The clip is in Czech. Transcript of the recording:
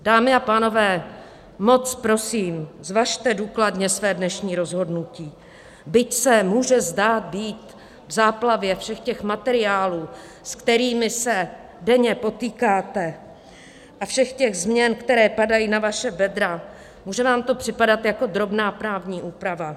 Dámy a pánové, moc prosím, zvažte důkladně své dnešní rozhodnutí, byť se může zdát být v záplavě všech těch materiálů, se kterými se denně potýkáte, a všech těch změn, které padají na vaše bedra, může vám to připadat jako drobná právní úprava.